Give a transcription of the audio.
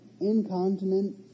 incontinent